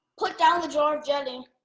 put down the jar jelly.